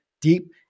deep